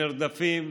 שנרדפים,